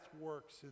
works